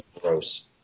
Gross